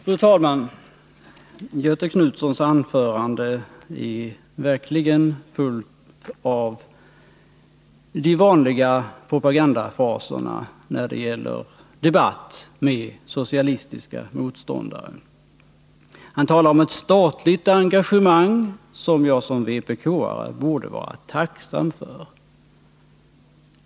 Fru talman! Göthe Knutsons anförande är fullt av de vanliga propagandafraserna som förekommer i debatter med socialistiska motståndare. Han talar om ett statligt engagemang, som jag som vpk-are borde vara tacksam för.